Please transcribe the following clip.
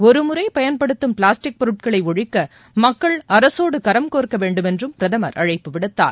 ஒருமுறை பயன்படுத்தும் பிளாஸ்டிக் பொருட்களை ஒழிக்க மக்கள் அரசோடு கரம்கோர்க்க வேண்டும் என்றும் பிரதமர் அழைப்பு விடுத்தார்